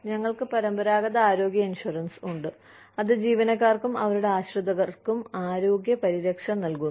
ഞങ്ങൾക്ക് പരമ്പരാഗത ആരോഗ്യ ഇൻഷുറൻസ് ഉണ്ട് അത് ജീവനക്കാർക്കും അവരുടെ ആശ്രിതർക്കും ആരോഗ്യ പരിരക്ഷ നൽകുന്നു